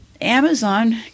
Amazon